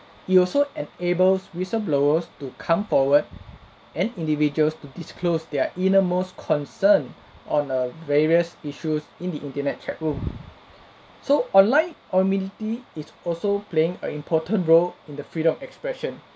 it also enables whistleblowers to come forward and individuals to disclose their innermost concern on err various issues in the internet chat room so online anonymity is also playing a important role in the freedom expression